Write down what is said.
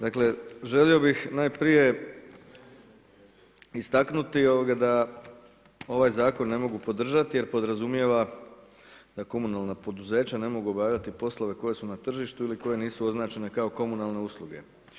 Dakle želio bi najprije, istaknuti, da ovaj zakon ne mogu podržati, jer podrazumijeva, da komunalna poduzeća, ne mogu obavljati poslove koje su na tržištu ili koje nisu označene kao komunalne usluge.